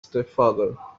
stepfather